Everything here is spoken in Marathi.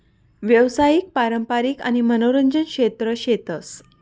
यावसायिक, पारंपारिक आणि मनोरंजन क्षेत्र शेतस